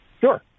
Sure